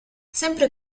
sempre